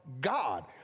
god